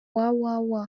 www